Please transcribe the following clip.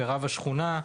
ברב שכונה.